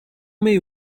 may